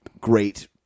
great